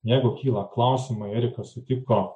jeigu kyla klausimai erika sutiko